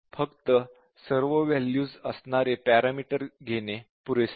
फक्त सर्व वॅल्यूज असणारे पॅरामीटर घेणे पुरेसे नाही